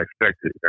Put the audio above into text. expected